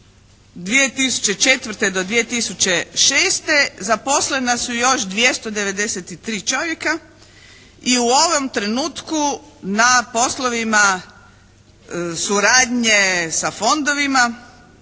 2004. do 2006. zaposlena su još 293 čovjeka i u ovom trenutku na poslovima suradnje sa fondovima